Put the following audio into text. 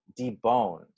deboned